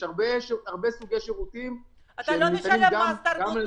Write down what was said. יש הרבה סוגי שירותים שניתנים גם על